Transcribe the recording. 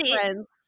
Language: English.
friends